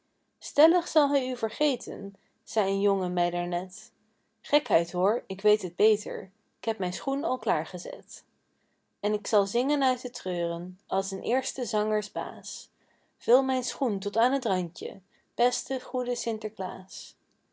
stellig zal hij u vergeten zeî een jongen mij daar net gekheid hoor ik weet het beter k heb mijn schoen al klaar gezet en k zal zingen uit den treuren als een eerste zangersbaas vul mijn schoen tot aan het randje beste goede sinterklaas